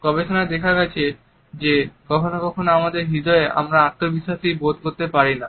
গবেষণায় দেখা গেছে যে কখনও কখনও আমাদের হৃদয়ে আমরা আত্মবিশ্বাসী বোধ করতে পারিনা